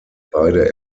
beide